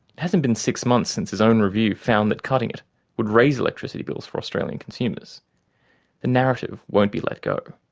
hasn't been six months since his own review found that cutting it would raise electricity bills for australian consumers the narrative won't be let go.